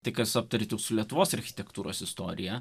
tai kas aptarti su lietuvos architektūros istorija